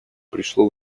пришло